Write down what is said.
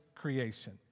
creation